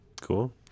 cool